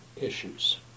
issues